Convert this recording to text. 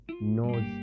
knows